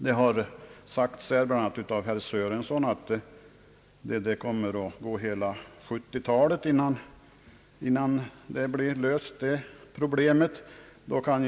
Det har sagts, bl.a. av herr Sörenson, att hela 1970-talet kommer att passera innan dessa problem blir lösta.